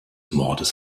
mordes